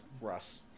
Russ